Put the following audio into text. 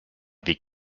wie